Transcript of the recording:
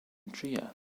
trier